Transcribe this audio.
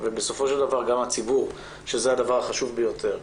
ובסופו של דבר גם הציבור, שזה הדבר החשוב ביותר.